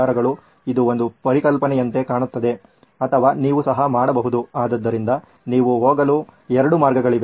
ಇದು ಒಂದು ಪರಿಕಲ್ಪನೆಯಂತೆ ಕಾಣುತ್ತದೆ ಅಥವಾ ನೀವು ಸಹ ಮಾಡಬಹುದು ಆದ್ದರಿಂದ ನೀವು ಹೋಗಲು ಎರಡು ಮಾರ್ಗಗಳಿವೆ